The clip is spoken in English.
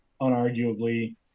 unarguably